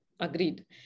agreed